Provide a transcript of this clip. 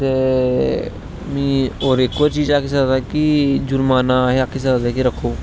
दे मिगी और इक और चीज आक्खी सकदा कि जुर्माना आक्खी सकदे कि रक्खो